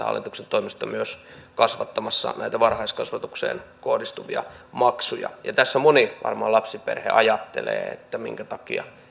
hallituksen toimesta myös kasvattamassa näitä varhaiskasvatukseen kohdistuvia maksuja varmaan moni lapsiperhe ajattelee sitä minkä takia